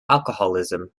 alcoholism